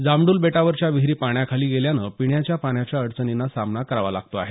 जामडूल बेटावरच्या विहिरी पाण्याखाली गेल्यानं पिण्याच्या पाण्याच्या अडचणींचा सामना करावा लागतो आहे